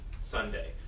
Sunday